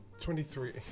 Twenty-three